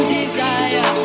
desire